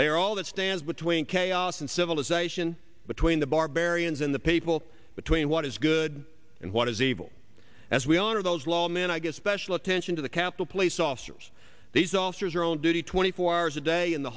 are all that stands between chaos and civilization between the barbarians and the people between what is good and what is evil as we honor those low man i give special attention to the capitol police officers these officers their own duty twenty four hours a day in the